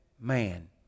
man